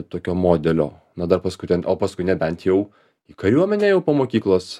tokio modelio na dar paskui ten o paskui nebent jau į kariuomenę jau po mokyklos